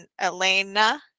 Elena